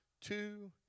two